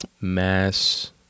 mass